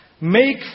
make